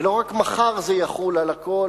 ולא רק מחר זה יחול על הכול,